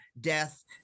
death